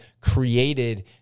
created